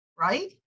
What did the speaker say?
Right